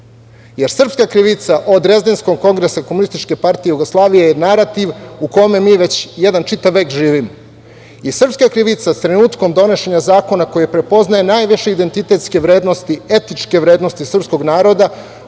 Jer, srpska krivica od Drezdenskog kongresa Komunističke partije Jugoslavije je narativ u kome mi već čitav jedan vek živimo. I srpska krivica trenutkom donošenja zakona koji prepoznaje najviše identitetske vrednosti i etičke vrednosti srpskog naroda